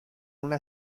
una